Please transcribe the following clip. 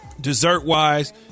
Dessert-wise